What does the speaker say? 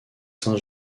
saint